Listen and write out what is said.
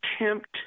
attempt